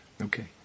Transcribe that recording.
Okay